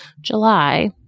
July